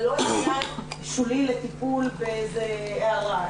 זה לא עניין שולי לטיפול באיזה הערה,